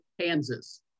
Kansas